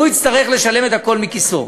הוא יצטרך לשלם את הכול מכיסו.